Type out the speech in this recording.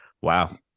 Wow